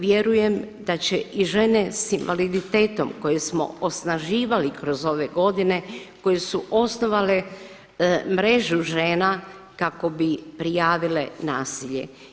Vjerujem da će i žene s invaliditetom koje smo osnaživali kroz ove godine i koje su osnovale mrežu žena kako bi prijavile nasilje.